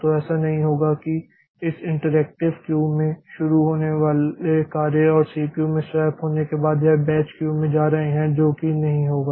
तो ऐसा नहीं होगा कि इस इंटरएक्टिव क्यू में शुरू होने वाले कार्य और सीपीयू से स्वैप होने के बाद यह बैच क्यू में जा रहे हैं जो कि नहीं होगा